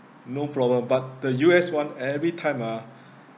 no problem but the U_S one every time ah